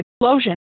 explosion